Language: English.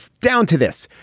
down to this.